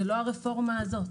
זה לא הרפורמה הזאת.